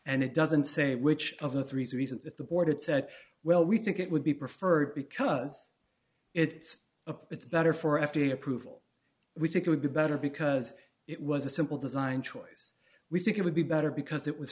and it doesn't say which of the three seasons if the board said well we think it would be preferred because it's up it's better for f d a approval we think it would be better because it was a simple design choice we think it would be better because it was